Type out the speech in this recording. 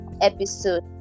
episode